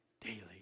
daily